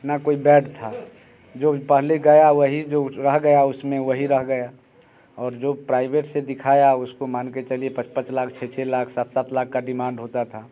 न कोई बैड था जो पहले गया वही जो रह गया उसमें वही रह गया और जो प्राइवेट से दिखाया उसको मान के चलिए पाँच पाँच लाख छः छः लाख सात सात लाख का डिमांड होता था